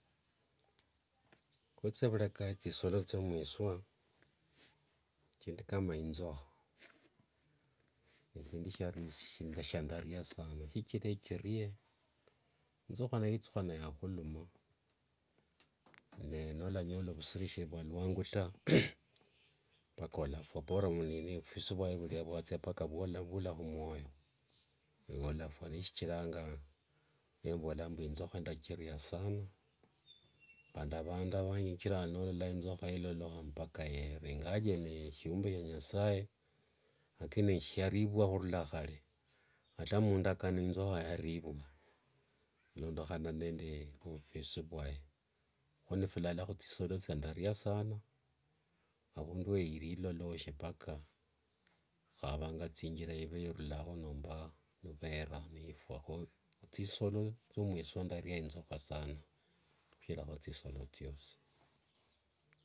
Khuthia vuleka thisolo thiovusua, shindu kama inthukha, neshindu shiarisia, shiandaria sana, shichira chirie, inzukha niethukhana yakhuluma, ne nolanyola vushirishi vwaluangu taa mpaka walafua. Bora vufwisi vwayo vuola vulia vulia vuathia vuolakhumuoyo, nolafua shichiranga nembola mbu inthukha ndachiria sana handi avandu vanji, shichira nolola, inthukha nilolokha mpaka yerue. Ingawaje nishiumbe shia nyasaye, lakini sharivua khurula khale. Kata mndakano inthukha yarivua khulondekhana nende vvhumwisi vyayo. Khunifi lala khuthisolo thindaria sana. Avundu wa ili niloloshe mpaka, khukhavanga thingira ive irulao khuvera nomba nivera nifura thisolo thiomwiswa ndaria inthukha sana khushirakho thisolo thiosi.